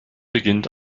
beginnt